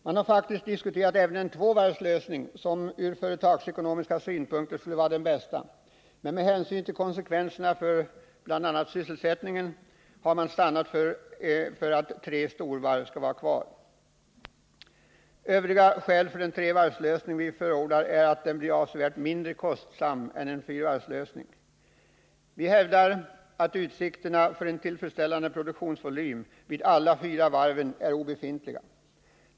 Man har faktiskt även diskuterat en tvåvarvslösning, som från företagsekonomiska synpunkter skulle vara den bästa, men med hänsyn till konsekvenserna för bl.a. sysselsättningen har man stannat för förslaget att tre storvarv skall vara kvar. Ett annat skäl för den trevarvslösning som vi förordar är att denna blir avsevärt mindre kostsam än en fyravarvslösning. Vi hävdar att utsikterna för en tillfredsställande produktionsvolym vid alla 45 fyra varven är obefintliga.